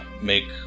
make